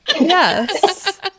Yes